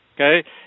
Okay